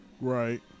right